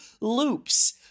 loops